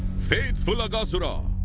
faithful aghasura!